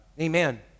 Amen